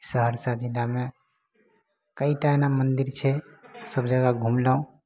सहरसा जिलामे कएटा एना मन्दिर छै सभ जगह घुमलहुँ